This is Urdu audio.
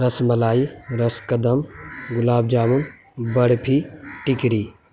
رس ملائی رس کدم گلاب جامن برفی ٹکری